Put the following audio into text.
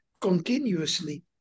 continuously